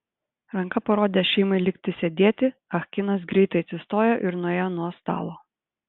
ranka parodęs šeimai likti sėdėti ah kinas greitai atsistojo ir nuėjo nuo stalo